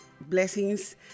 blessings